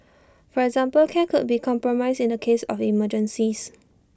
for example care could be compromised in the case of emergencies